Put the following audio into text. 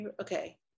Okay